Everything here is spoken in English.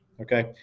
Okay